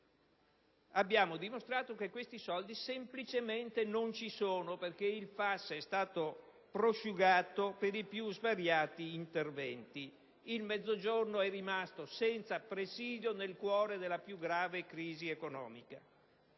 Abbiamo dimostrato che questi soldi, semplicemente, non ci sono perché il FAS è stato prosciugato per i più svariati interventi e il Mezzogiorno è così rimasto senza presidio, nel cuore della più grave crisi economica.